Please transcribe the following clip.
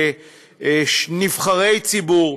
כנבחרי ציבור,